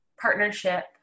partnership